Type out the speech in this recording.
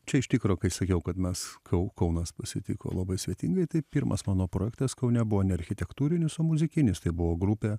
čia iš tikro kai sakiau kad mes kau kaunas pasitiko labai svetingai tai pirmas mano projektas kaune buvo ne architektūrinis o muzikinis tai buvo grupė